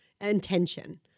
intention